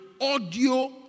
audio